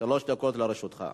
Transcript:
שלוש דקות לרשותך.